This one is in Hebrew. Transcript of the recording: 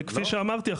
כפי שאמרתי,